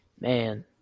Man